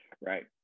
right